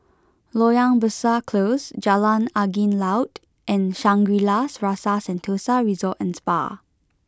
Loyang Besar Close Jalan Angin Laut and Shangri La's Rasa Sentosa Resort and Spa